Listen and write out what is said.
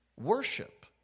Worship